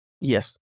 Yes